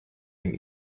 dem